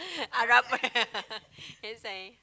Arab that's why